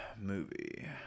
movie